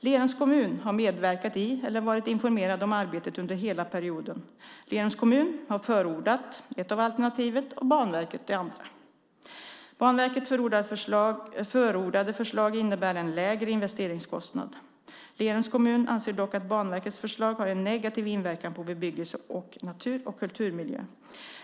Lerums kommun har medverkat i eller varit informerad om arbetet under hela perioden. Lerums kommun har förordat ett av alternativen och Banverket det andra. Banverkets förordade förslag innebär en lägre investeringskostnad. Lerums kommun anser dock att Banverkets förslag har en negativ inverkan på bebyggelse och natur och kulturmiljö.